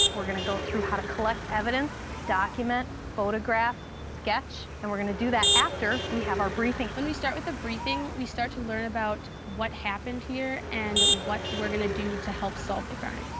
we're going to go through how to collect evidence, document, photograph, sketch, and we're going to do that after we have our briefing. when we start with a briefing, we start to learn about what happened here and what we're going to do to help solve the crime.